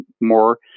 more